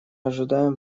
ожидаем